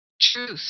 truth